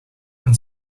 een